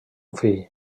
fill